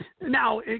Now